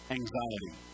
anxiety